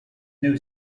new